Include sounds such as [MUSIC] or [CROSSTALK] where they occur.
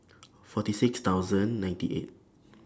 [NOISE] forty six thousand ninety eight